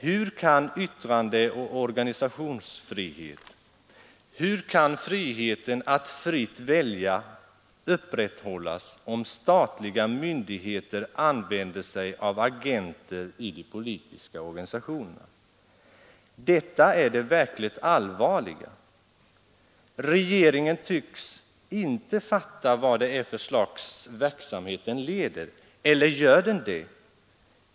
Hur kan yttrandeoch organisationsfrihet, hur kan frihet att fritt välja upprätthållas om statliga myndigheter använder sig av agenter i de politiska organisationerna? Detta är det verkligt allvarliga. Regeringen tycks inte fatta vad det är för slags verksamhet den leder. Nr 92 Eller gör den det?